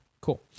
Cool